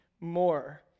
more